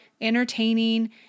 entertaining